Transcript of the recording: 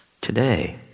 today